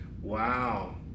wow